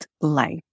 life